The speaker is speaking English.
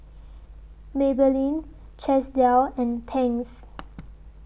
Maybelline Chesdale and Tangs